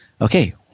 okay